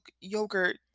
yogurt